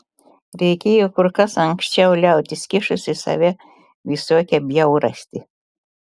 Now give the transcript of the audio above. reikėjo kur kas anksčiau liautis kišus į save visokią bjaurastį